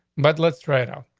but let's try it out.